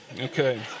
Okay